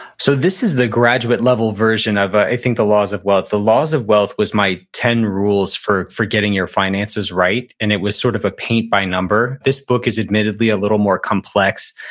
so this is the graduate level version of i think the laws of wealth. the laws of wealth was my ten rules for for getting your finances right, and it was sort of a paint by number. this book is admittedly a little more complex.